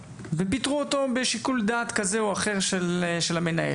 שפיטרו אותו בשיקול דעת כזה או אחר של המנהל?